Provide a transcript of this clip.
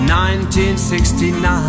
1969